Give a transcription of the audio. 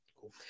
Cool